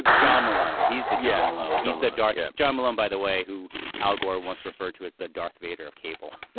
and john malone he's the yeah alone just that dark. yeah john malone by the way who al gore once referred to as the darth vader of cable.